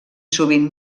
sovint